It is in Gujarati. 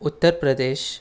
ઉત્તર પ્રદેશ